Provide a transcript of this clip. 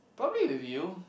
probably with you